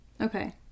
Okay